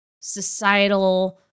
societal